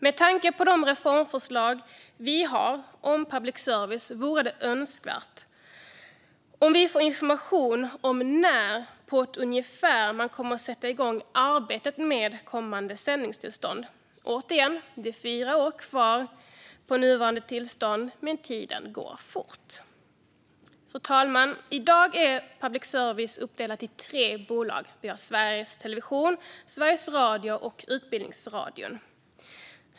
Med tanke på de reformförslag vi har om public service vore det önskvärt att få information om när på ett ungefär man kommer sätta igång arbetet med kommande sändningstillstånd. Återigen: Det är fyra år kvar på nuvarande tillstånd, men tiden går fort. Fru talman! I dag är public service uppdelad i tre bolag: Sveriges Television, Sveriges Radio och Utbildningsradion.